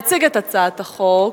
יציג את הצעת החוק